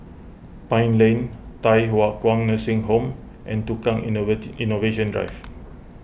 Pine Lane Thye Hua Kwan Nursing Home and Tukang Innovate Innovation Drive